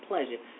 pleasure